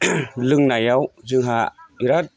लोंनायाव जोंहा बिराद